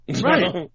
Right